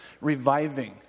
reviving